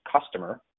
customer